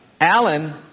Alan